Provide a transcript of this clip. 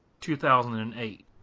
2008